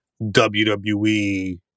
WWE